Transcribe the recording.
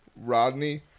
Rodney